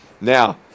Now